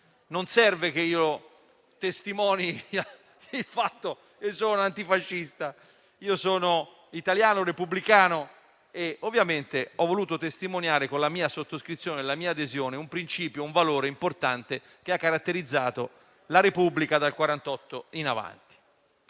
Non serve che io testimoni il fatto che sono antifascista. Io sono italiano, repubblicano e ho voluto testimoniare con la mia sottoscrizione e la mia adesione un principio e un valore importante che hanno caratterizzato la Repubblica dal 1948 in poi.